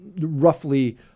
roughly